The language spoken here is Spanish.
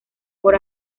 por